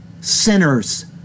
Sinners